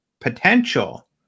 potential